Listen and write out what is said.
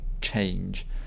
change